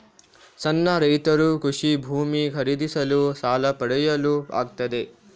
ಸಣ್ಣ ರೈತರು ಕೃಷಿ ಭೂಮಿ ಖರೀದಿಸಲು ಸಾಲ ಪಡೆಯಲು ಆಗ್ತದ?